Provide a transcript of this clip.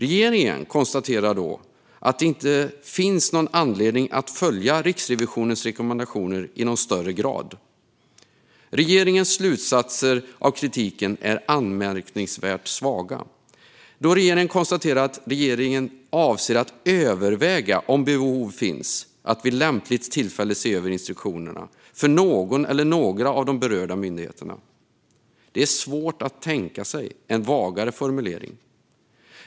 Ändå konstaterar regeringen att det inte finns någon anledning att följa Riksrevisionens rekommendationer i någon högre grad. Regeringens slutsatser av kritiken är anmärkningsvärt svaga. Man konstaterar endast att regeringen avser att överväga om behov finns att vid lämpligt tillfälle se över instruktionerna för någon eller några av de berörda myndigheterna. Det är svårt att tänka sig en vagare formulering.